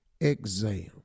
exam